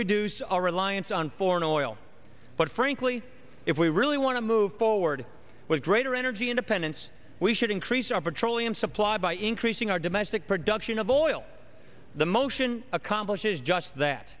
reduce our reliance on foreign oil but frankly if we really want to move forward with greater energy independence we should increase our petroleum supply by increasing our domestic production of oil the motion accomplishes just that